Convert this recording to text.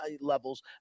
levels